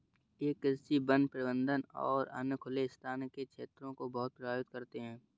ये कृषि, वन प्रबंधन और अन्य खुले स्थान के क्षेत्रों को बहुत प्रभावित करते हैं